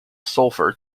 sulfur